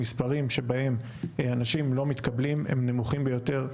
המספרים שבהם אנשים לא מתקבלים הם נמוכים ביותר,